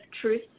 truth